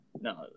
No